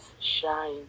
shine